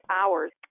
hours